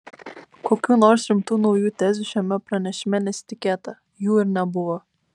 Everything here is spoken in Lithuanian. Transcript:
kokių nors rimtų naujų tezių šiame pranešime nesitikėta jų ir nebuvo